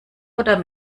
oder